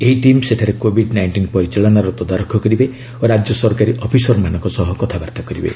ଏହି ଟିମ୍ ସେଠାରେ COVID nineteen ପରିଚାଳନାର ତଦାରଖ କରିବେ ଓ ରାଜ୍ୟ ସରକାରୀ ଅଫିସରମାନଙ୍କ ସହ କଥାବାର୍ତ୍ତା କରିବେ